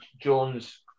Jones